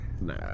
Nah